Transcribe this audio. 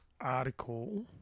article